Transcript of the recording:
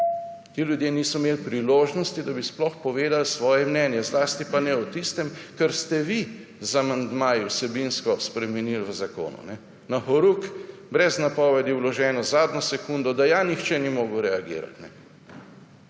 Ti ljudje niso imeli priložnosti, da bi sploh povedali svoje mnenje zlasti pa ne o tistem, kar ste vi z amandmaji vsebinsko spremenili v zakonu. Na horuk brez napovedi, vloženo zadnjo sekundo, da ja nihče ni mogel reagirati.